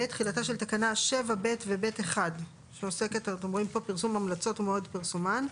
(ב)תחילתה של תקנה 7(ב) ו-(ב1) (פרסום המלצות ומועד פרסומן),